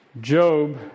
Job